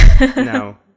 No